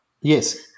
Yes